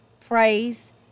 praise